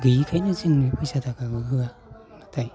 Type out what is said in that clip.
गैयिखायनो जोंनो फैसा थाखाखौ होआ नाथाय